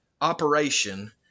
operation